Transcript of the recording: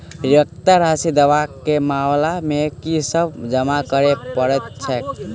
परिपक्वता राशि दावा केँ मामला मे की सब जमा करै पड़तै छैक?